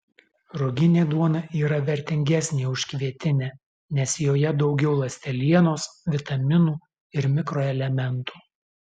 ruginė duona yra vertingesnė už kvietinę nes joje daugiau ląstelienos vitaminų ir mikroelementų